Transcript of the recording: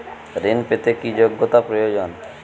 ঋণ পেতে কি যোগ্যতা প্রয়োজন?